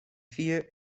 vieles